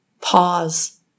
Pause